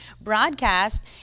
broadcast